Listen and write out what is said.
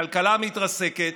הכלכלה מתרסקת,